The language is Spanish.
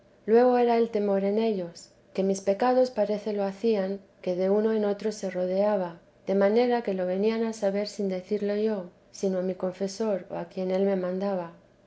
luego era el temor en ellos que mis pecados parece lo hacían que de uno en otro se rodeaba de manera que lo venían a saber sin decirlo yo sino a mi confesor o a quien él me mandaba